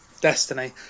Destiny